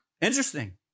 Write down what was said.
Interesting